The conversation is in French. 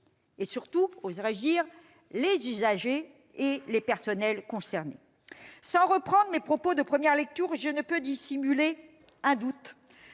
et surtout, les usagers et les personnels concernés. Sans reprendre mes propos de première lecture, je ne peux pas dissimuler un doute